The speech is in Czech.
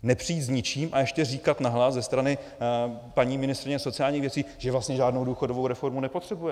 Nepřijít s ničím a ještě říkat nahlas ze strany paní ministryně sociálních věcí, že vlastně žádnou důchodovou reformu nepotřebujeme.